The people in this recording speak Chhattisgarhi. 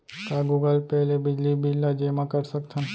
का गूगल पे ले बिजली बिल ल जेमा कर सकथन?